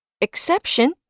Exception